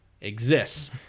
exists